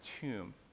tomb